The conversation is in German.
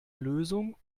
lösung